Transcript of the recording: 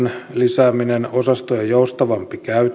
lisääminen osastojen joustavampi käyttö